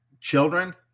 children